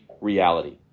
reality